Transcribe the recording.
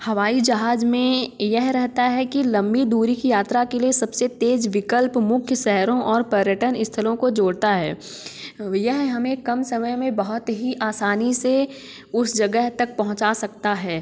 हवाई जहाज में यह रहता है कि लम्बी दूरी की यात्रा के लिए सबसे तेज़ विकल्प मुख्य शहरों और पर्यटन स्थलों को जोड़ता है यह हमें कम समय में बहुत ही आसानी से उस जगह तक पहुँचा सकता है